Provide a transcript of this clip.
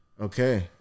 Okay